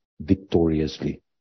victoriously